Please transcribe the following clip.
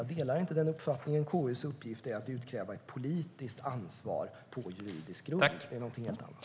Jag delar inte den uppfattningen. KU:s uppgift är att utkräva ett politiskt ansvar på juridisk grund, och det är något helt annat.